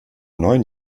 neun